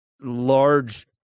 large